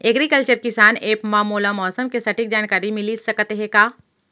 Agriculture किसान app मा मोला मौसम के सटीक जानकारी मिलिस सकत हे का?